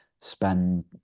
spend